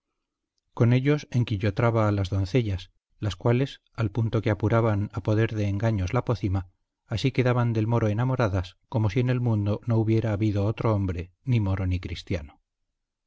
con ellos enquillotraba a las doncellas las cuales al punto que apuraban a poder de engaños la pócima así quedaban del moro enamoradas como si en el mundo no hubiera habido otro hombre ni moro ni cristiano